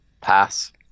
Pass